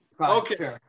Okay